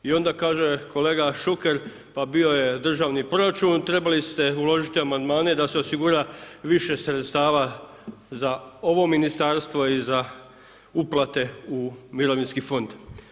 I onda kaže kolega Šuker, pa bio je državni proračun trebali ste uložiti amandmane da se osigura više sredstava za ovo ministarstvo i za uplate u mirovinski fond.